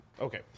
okay